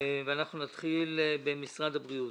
אנחנו נתחיל במשרד הבריאות.